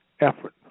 effort